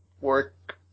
work